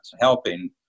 helping